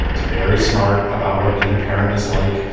very smart about what being a parent is like,